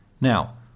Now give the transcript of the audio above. Now